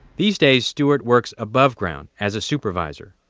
these days, stuart works above ground as a supervisor.